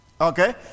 Okay